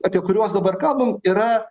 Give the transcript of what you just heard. apie kuriuos dabar kalbam yra